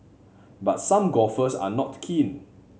but some golfers are not keen